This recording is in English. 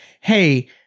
hey